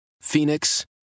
Phoenix